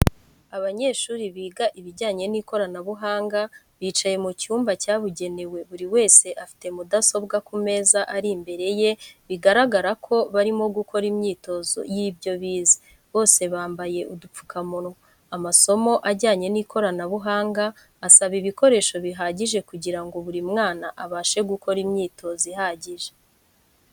Abanyeshuri biga ibijyanye n'ikoranabuhanga bicaye mu cyumba cyabugenewe buri wese afite mudasobwa ku meza ari imbere ye bigaragara ko barimo gukora imyitozo y'ibyo bize, bose bambaye udupfukamunwa . Amasomo ajyanye n'ikoranabuhanga asaba ibikoreso bihagije kugirango buri mwana abashe gukora imyitozo ihagije.